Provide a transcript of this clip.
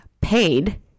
paid